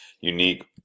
unique